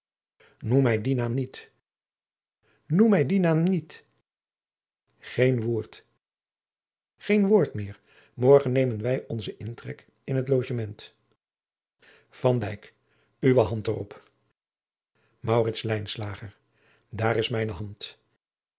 noem mij dien naam niet noem mij dien naam niet geen woord geen woord meer morgen nemen wij onzen intrek in het logement van dijk uwe hand er op maurits lijnslager daar is mijne hand